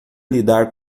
lidar